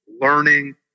learning